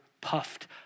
puffed